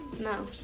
No